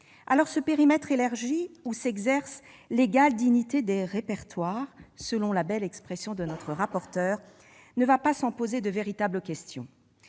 Ce périmètre élargi, où prévaut l'« égale dignité des répertoires », selon la belle expression de notre rapporteur, ne va pas sans soulever de véritables questions.